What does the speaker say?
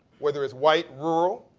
whether it's white rural,